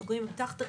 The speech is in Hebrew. סוגרים, נפתחת.